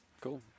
Cool